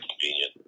convenient